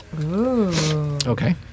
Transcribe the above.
Okay